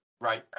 Right